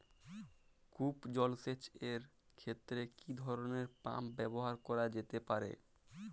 কূপ জলসেচ এর ক্ষেত্রে কি ধরনের পাম্প ব্যবহার করা যেতে পারে?